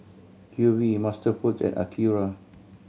Q V MasterFoods and Acura